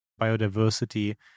biodiversity